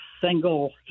single